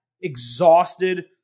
exhausted